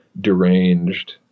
deranged